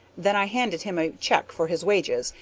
then i handed him a check for his wages,